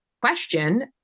question